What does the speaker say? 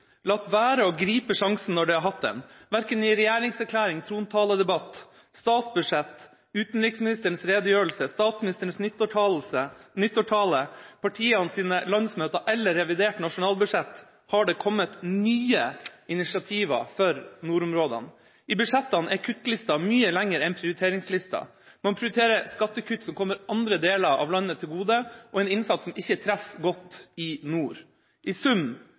har hatt den. Verken i regjeringserklæringa, trontaledebatten, statsbudsjettet, utenriksministerens redegjørelse, statsministerens nyttårstale, under partienes landsmøter eller i revidert nasjonalbudsjett har det kommet nye initiativer for nordområdene. I budsjettene er kuttlista mye lengre enn prioriteringslista. Man prioriterer skattekutt som kommer andre deler av landet til gode, og en innsats som ikke treffer godt i nord. I sum